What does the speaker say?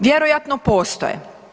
Vjerojatno postoje.